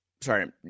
sorry